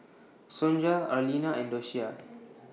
Sonja Arlena and Docia